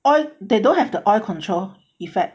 oil they don't have the oil control effect